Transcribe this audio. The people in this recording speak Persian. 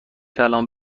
کلمه